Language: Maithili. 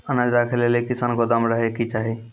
अनाज राखै लेली कैसनौ गोदाम रहै के चाही?